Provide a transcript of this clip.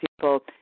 people